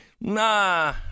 nah